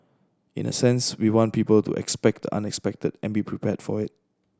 in a sense we want people to expect the unexpected and be prepared for it